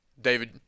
David